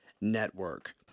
network